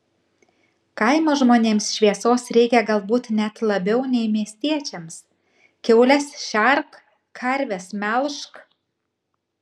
kaimo žmonėms šviesos reikia galbūt net labiau nei miestiečiams kiaules šerk karves melžk